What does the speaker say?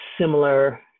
similar